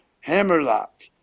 hammerlock